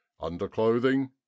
underclothing